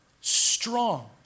strong